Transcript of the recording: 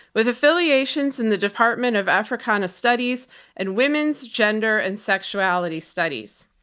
with affiliations in the department of africana studies and women's, gender, and sexuality studies.